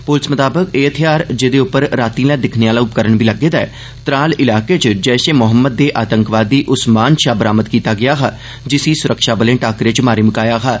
पुलस मताबक एह् हथियार जेह्दे उप्पर रातीं दिक्खने आह्ला उपकरण बी लग्गे दा ऐ तराल इलाके च जैषे मोहम्मद दे आतंकवादी उस्मान षा बरामद कीता गेआ हा जिसी सुरक्षाबलें टाक्करे च मारी मकाया हा